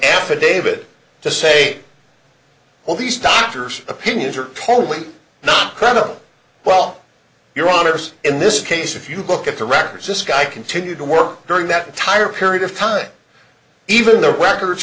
affidavit to say well these doctors opinions are probably not credible while your honor's in this case if you look at the records this guy continued to work during that entire period of time even the records